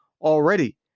already